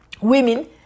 women